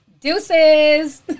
Deuces